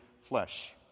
flesh